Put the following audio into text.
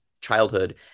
childhood